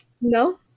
No